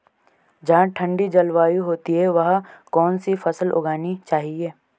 जहाँ ठंडी जलवायु होती है वहाँ कौन सी फसल उगानी चाहिये?